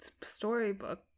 storybook